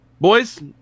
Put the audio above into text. Boys